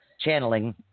channeling